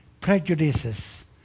Prejudices